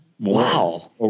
Wow